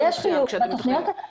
יש חיוב.